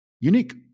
unique